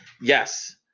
Yes